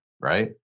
right